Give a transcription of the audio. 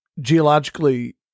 geologically